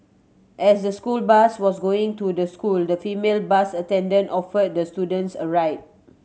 as the school bus was going to the school the female bus attendant offered the student a ride